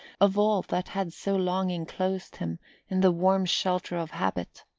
of all that had so long enclosed him in the warm shelter of habit.